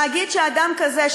להגיד שאדם כזה,